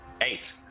Eight